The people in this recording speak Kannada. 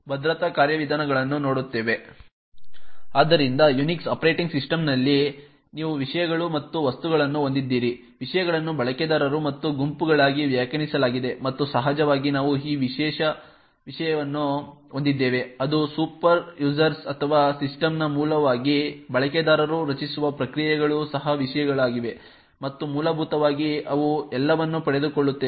ಆದ್ದರಿಂದ ಯುನಿಕ್ಸ್ ಆಪರೇಟಿಂಗ್ ಸಿಸ್ಟಮ್ನಲ್ಲಿ ನೀವು ವಿಷಯಗಳು ಮತ್ತು ವಸ್ತುಗಳನ್ನು ಹೊಂದಿದ್ದೀರಿ ವಿಷಯಗಳನ್ನು ಬಳಕೆದಾರರು ಮತ್ತು ಗುಂಪುಗಳಾಗಿ ವ್ಯಾಖ್ಯಾನಿಸಲಾಗಿದೆ ಮತ್ತು ಸಹಜವಾಗಿ ನಾವು ಈ ವಿಶೇಷ ವಿಷಯವನ್ನು ಹೊಂದಿದ್ದೇವೆ ಅದು ಸೂಪರ್ಯೂಸರ್ ಅಥವಾ ಸಿಸ್ಟಮ್ನ ಮೂಲವಾಗಿದೆ ಬಳಕೆದಾರರು ರಚಿಸುವ ಪ್ರಕ್ರಿಯೆಗಳು ಸಹ ವಿಷಯಗಳಾಗಿವೆ ಮತ್ತು ಮೂಲಭೂತವಾಗಿ ಅವು ಎಲ್ಲವನ್ನೂ ಪಡೆದುಕೊಳ್ಳುತ್ತವೆ